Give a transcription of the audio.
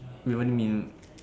wait what do you mean